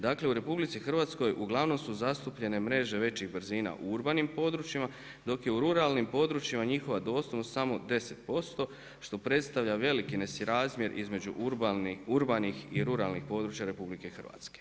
Dakle, u RH uglavnom su zastupljene mreže većih brzina u urbanim područjima, dok je u ruralnim područjima njihova dostupnost samo 10% što predstavlja veliki nesrazmjer između urbanih i ruralnih područja RH.